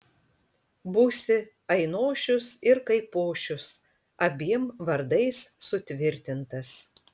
būsi ainošius ir kaipošius abiem vardais sutvirtintas